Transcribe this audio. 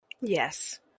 Yes